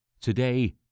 Today